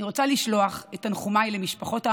אני רוצה לשלוח את תנחומיי למשפחות האבלות,